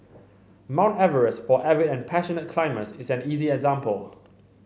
Mount Everest for avid and passionate climbers is an easy example